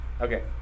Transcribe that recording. Okay